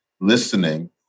listening